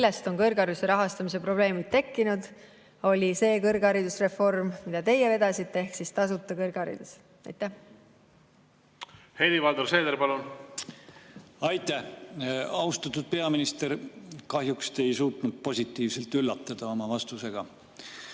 millest on kõrghariduse rahastamise probleemid tekkinud, oli kõrgharidusreform, mida teie vedasite, ehk tasuta kõrgharidus. Helir-Valdor Seeder, palun! Aitäh! Austatud peaminister! Kahjuks te ei suutnud positiivselt üllatada oma vastusega.